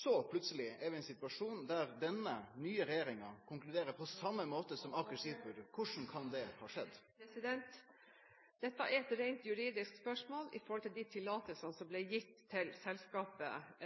Så plutseleg er vi i ein situasjon der denne nye regjeringa konkluderer på same måten som Aker Seafoods. Korleis kan det ha skjedd? Dette er et rent juridisk spørsmål med hensyn til de tillatelsene som ble gitt til selskapet